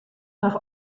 noch